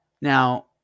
Now